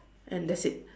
and that's it